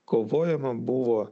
kovojama buvo